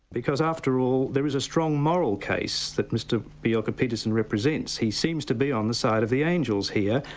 because after all, there is a strong moral case that mr bjelke-petersen represents. he seems to be on the side of the angels here,